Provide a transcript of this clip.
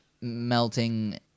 melting